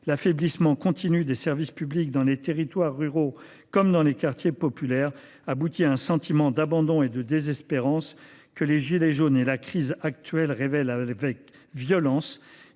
L’affaiblissement continu des services publics dans les territoires ruraux, comme dans les quartiers populaires, aboutit à un sentiment d’abandon et de désespérance que les « gilets jaunes » et la crise actuelle révèlent avec violence.